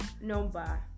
number